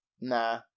Nah